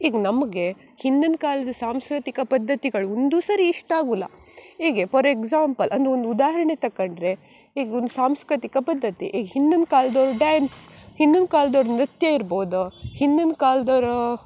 ಈಗ ನಮಗೆ ಹಿಂದಿನ ಕಾಲ್ದ ಸಾಂಸ್ಕೃತಿಕ ಪದ್ದತಿಗಳು ಒಂದು ಸರಿ ಇಷ್ಟ ಆಗುಲ್ಲ ಹೀಗೆ ಫಾರ್ ಎಕ್ಸಾಂಪಲ್ ಅಂದರೆ ಒಂದು ಉದಾಹರಣೆ ತಕೊಂಡ್ರೆ ಈಗ ಒಂದು ಸಾಂಸ್ಕೃತಿಕ ಪದ್ದತಿ ಈಗ ಹಿಂದಿನ ಕಾಲ್ದವ್ರ ಡ್ಯಾನ್ಸ್ ಹಿಂದಿನ ಕಾಲ್ದವ್ರ ನೃತ್ಯ ಇರ್ಬೋದು ಹಿಂದಿನ ಕಾಲದವ್ರ